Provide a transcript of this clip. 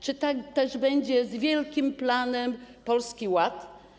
Czy tak też będzie z wielkim planem Polski Ład?